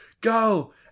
go